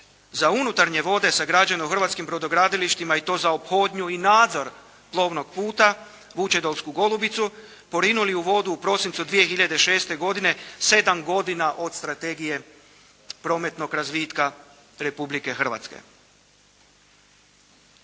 za unutarnje vode sagrađen u hrvatskim brodogradilištima i to za ophodnju i nadzor plovnog puta, "Vučedolsku golubicu", porinuli u vodu u prosincu 2006. sedam godine od strategije prometnog razvitka Republike Hrvatske.